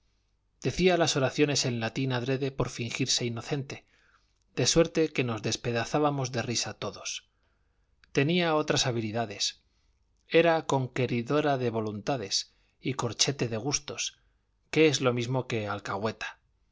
decía las oraciones en latín adrede por fingirse inocente de suerte que nos despedazábamos de risa todos tenía otras habilidades era conqueridora de voluntades y corchete de gustos que es lo mismo que alcahueta